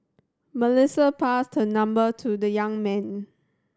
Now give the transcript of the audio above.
Melissa passed her number to the young man